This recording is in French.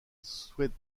souhaite